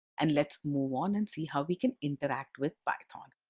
and let's move on and see how we can interact with python.